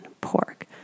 pork